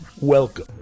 Welcome